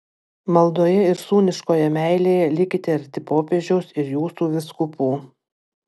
maldoje ir sūniškoje meilėje likite arti popiežiaus ir jūsų vyskupų